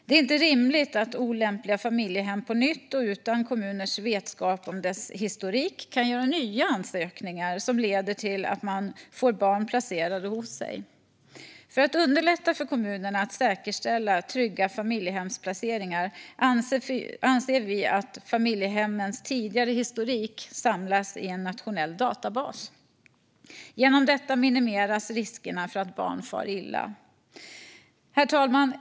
Det är inte rimligt att olämpliga familjehem på nytt och utan kommuners vetskap om deras historik kan göra nya ansökningar som leder till att de får barn placerade hos sig. För att underlätta för kommunerna att säkerställa trygga familjehemsplaceringar anser vi att familjehemmens tidigare historik ska samlas i en nationell databas. På så sätt minimeras riskerna för att barn far illa. Herr talman!